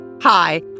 Hi